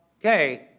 okay